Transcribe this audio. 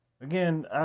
Again